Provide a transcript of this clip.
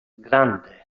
grande